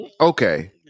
Okay